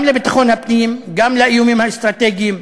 גם לביטחון הפנים, גם לאיומים האסטרטגיים,